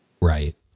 Right